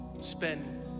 spend